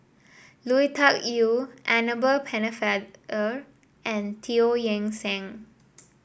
Lui Tuck Yew Annabel Pennefather and Teo Eng Seng